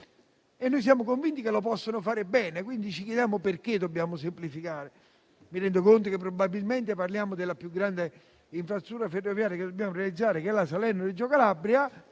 di Stato lo possano fare tranquillamente, per cui ci chiediamo perché dobbiamo semplificare. Mi rendo conto che probabilmente parliamo della più grande infrastruttura ferroviaria da dobbiamo realizzare, ossia la Salerno-Reggio Calabria